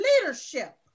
leadership